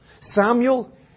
Samuel